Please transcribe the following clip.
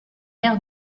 air